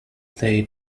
they